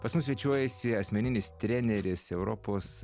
pas mus svečiuojasi asmeninis treneris europos